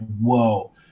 whoa